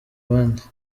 bandi